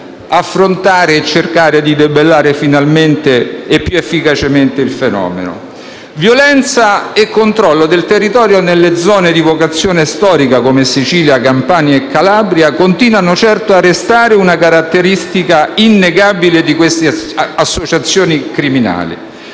affrontare e cercare di debellare finalmente ed efficacemente il fenomeno. Violenza e controllo del territorio nelle zone di vocazione storica, come Sicilia Campania e Calabria, continuano certo a restare una caratteristica innegabile di queste associazioni criminali,